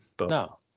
No